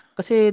Kasi